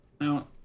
now